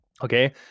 Okay